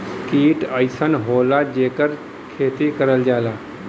कीट अइसन होला जेकर खेती करल जाला